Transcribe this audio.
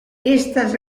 estas